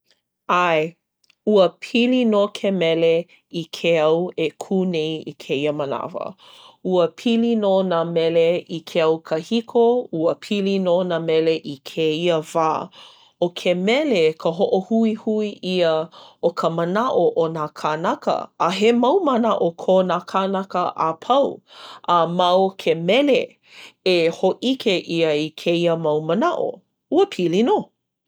ʻAe. Ua pili nō ke mele i ke au e kū nei i kēia manawa. Ua pili nō nā mele i ke au kahiko, ua pili nō nā mele i kēia wā. ʻO ke mele ka hoʻohuihui ʻia o ka manaʻo o nā kānaka, a he mau manaʻo ko nā kānaka a pau. A ma o ke mele e hōʻike ʻia ai kēia mau manaʻo. Ua pili nō.